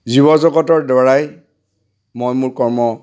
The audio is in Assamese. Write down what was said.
জীৱ জগতৰদ্বাৰাই মই মোৰ কৰ্ম